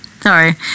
sorry